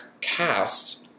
cast